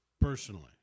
personally